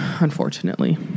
unfortunately